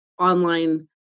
online